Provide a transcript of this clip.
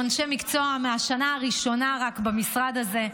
אנשי מקצוע מהשנה הראשונה רק במשרד הזה.